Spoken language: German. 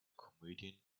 komödien